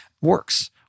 works